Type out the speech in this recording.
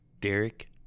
Derek